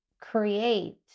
create